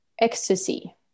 ecstasy